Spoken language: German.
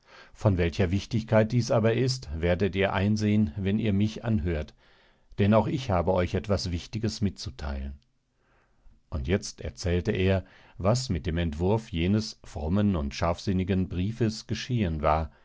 von welcher wichtigkeit dies aber ist werdet ihr einsehen wenn ihr mich anhört denn auch ich habe euch etwas wichtiges mitzuteilen und jetzt erzählte er was mit dem entwurf jenes frommen und scharfsinnigen briefes geschehen war